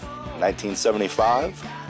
1975